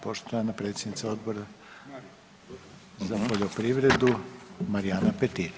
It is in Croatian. Poštovana predsjednica Odbora za poljoprivredu Marijana Petir.